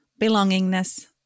belongingness